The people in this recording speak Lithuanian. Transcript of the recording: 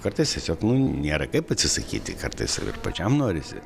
kartais tiesiog nu nėra kaip atsisakyti kartais pačiam norisi